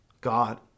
God